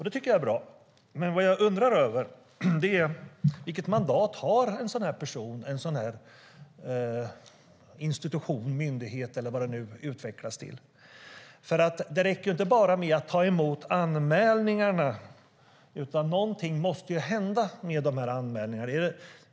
Det tycker jag är bra, men jag undrar: Vilket mandat har en sådan person, institution, myndighet eller vad det nu utvecklas till? Det räcker inte bara med att ta emot anmälningarna, utan någonting måste hända med dessa anmälningar.